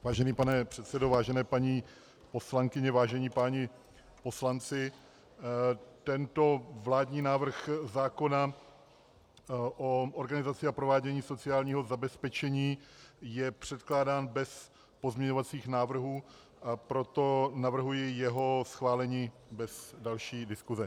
Vážený pane předsedo, vážené paní poslankyně, vážení páni poslanci, tento vládní návrh zákona o organizaci a provádění sociálního zabezpečení je předkládán bez pozměňovacích návrhů, proto navrhuji jeho schválení bez další diskuse.